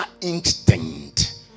instinct